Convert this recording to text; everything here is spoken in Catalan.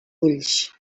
ulls